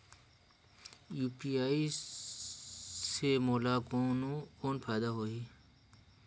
UPI से मोला कौन फायदा होही?